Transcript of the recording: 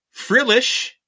Frillish